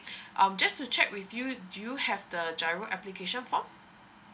um just to check with you do you have the giro application form